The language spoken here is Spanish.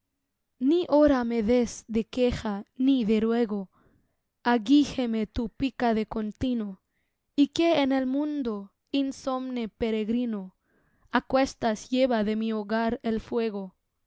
ni hora me des de queja ni de ruego aguíjeme tu pica de contino y que en el mundo insomne peregrino á cuestas lleve de mi hogar el fuego